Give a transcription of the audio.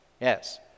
yes